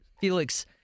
Felix